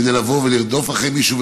כדי לבוא ולרדוף אחרי מישהו,